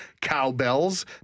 cowbells